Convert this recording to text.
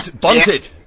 bunted